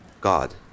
God